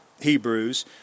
Hebrews